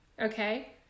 Okay